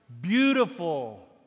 beautiful